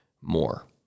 more